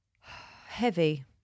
Heavy